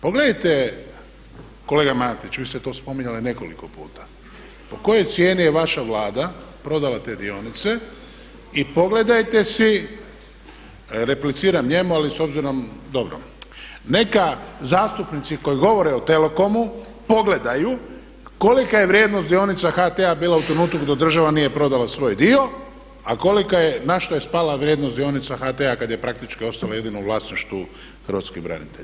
Pogledajte kolega Matić, vi ste to spominjali nekoliko puta, po kojoj cijeni je vaša Vlada prodala te dionice i pogledajte si, repliciram njemu ali s obzirom, dobro, neka zastupnici koji govore o Telecomu pogledaju kolika je vrijednost dionica HT-a bila u trenutku dok država nije prodala svoj dio a kolika je, na što je spala vrijednost dionica HT-a kada je praktički ostala jedino u vlasništvu hrvatskih branitelja.